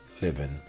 living